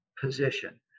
position